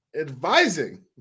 advising